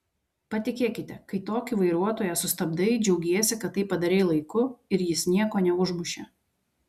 patikėkite kai tokį vairuotoją sustabdai džiaugiesi kad tai padarei laiku ir jis nieko neužmušė